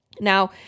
Now